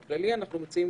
הוא ברירת מחדל רע.